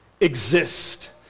exist